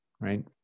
right